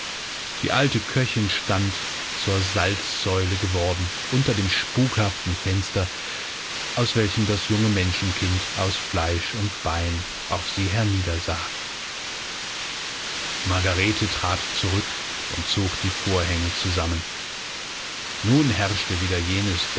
die alte köchin stand zur salzsäule geworden unter dem spukhaften fenster aus welchem das junge menschenkind aus fleisch und bein auf sie herniedersah margarete trat zurück und zog die vorhänge zusammen nun herrschte wieder jenes